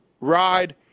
ride